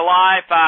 life